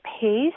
pace